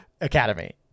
Academy